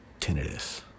Tinnitus